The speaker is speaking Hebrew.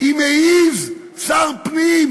אם מעז שר פנים